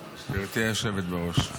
היושבת-ראש,